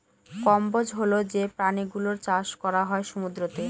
কম্বোজ হল যে প্রাণী গুলোর চাষ করা হয় সমুদ্রতে